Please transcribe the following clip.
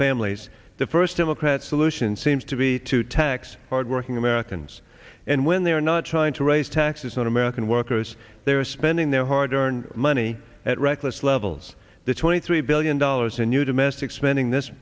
families the first democrat solution seems to be to tax hard working americans and when they're not trying to raise taxes on american workers they are spending their hard earned money at reckless levels the twenty three billion dollars in new domestic spending this